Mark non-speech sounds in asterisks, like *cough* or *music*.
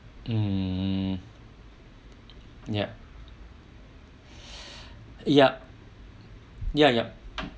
mm yup *breath* yup yup yup